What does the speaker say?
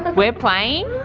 but we're playing